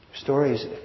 stories